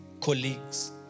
colleagues